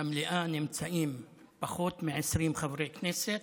במליאה נמצאים פחות מ-20 חברי כנסת,